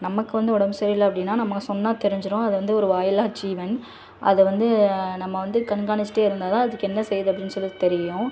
நமக்கு வந்து உடம்பு சரியில்லை அப்படின்னா நமக்கு சொன்னால் தெரிஞ்சிரும் அது வந்து ஒரு வாயில்லா ஜீவன் அதை வந்து நம்ம வந்து கண்காணிச்சிகிட்டே இருந்தால் தான் அதுக்கு என்ன செய்யுது அப்படின் சொல்லி தெரியும்